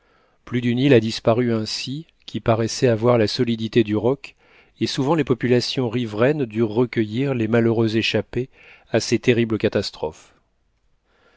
plus d'une île a disparu ainsi qui paraissait avoir la solidité du roc et souvent les populations riveraines durent recueillir les malheureux échappés à ces terribles catastrophes